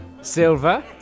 silver